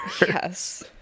yes